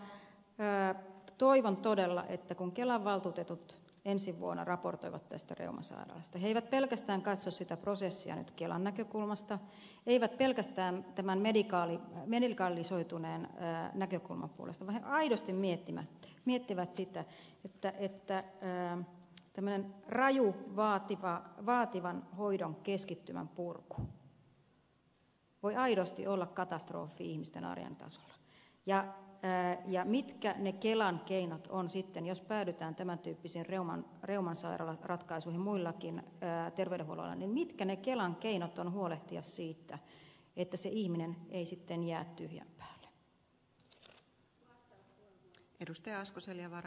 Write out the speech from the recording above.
sen takia toivon todella että kun kelan valtuutetut ensi vuonna raportoivat tästä reumasairaalasta he eivät pelkästään katso sitä prosessia kelan näkökulmasta eivät pelkästään tästä medikalisoituneesta näkökulmasta vaan he aidosti miettivät sitä että tämmöinen raju vaativan hoidon keskittymän purku voi aidosti olla katastrofi ihmisten arjen tasolla ja mitkä ne kelan keinot on sitten jos päädytään reuman sairaalan tyyppisiin ratkaisuihin muillakin ter veydenhuollon aloilla mitkä ne kelan keinot ovat huolehtia siitä että se ihminen ei sitten jää tyhjän päälle